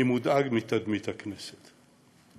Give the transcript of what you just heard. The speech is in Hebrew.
אני מודאג מתדמית הכנסת.